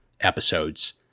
episodes